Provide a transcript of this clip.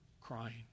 crying